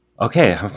Okay